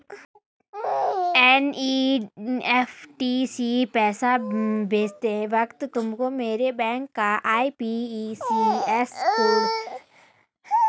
NEFT से पैसा भेजते वक्त तुमको मेरे बैंक का आई.एफ.एस.सी कोड भी डालना होगा